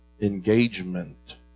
engagement